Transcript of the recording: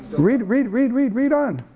read, read, read, read, read on.